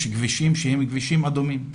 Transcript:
יש כבישים שהם כבישים אדומים.